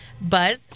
Buzz